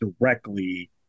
directly